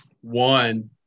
One